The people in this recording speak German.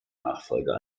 nachfolger